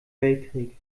weltkrieg